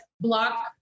block